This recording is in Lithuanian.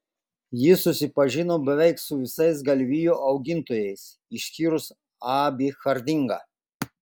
ji susipažino beveik su visais galvijų augintojais išskyrus abį hardingą